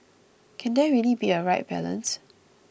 can there really be a right balance